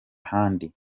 handi